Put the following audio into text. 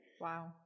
Wow